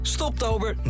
Stoptober